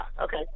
okay